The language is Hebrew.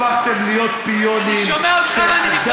הפכתם להיות פיונים של אדם,